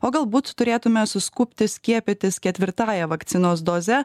o galbūt turėtume suskubti skiepytis ketvirtąja vakcinos doze